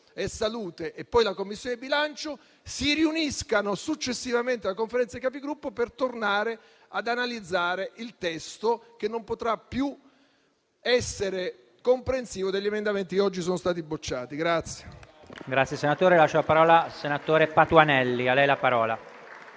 Commissione e la Commissione bilancio si riuniscano successivamente alla Conferenza dei Capigruppo per tornare ad analizzare il testo, che non potrà più comprendere gli emendamenti che oggi sono stati bocciati.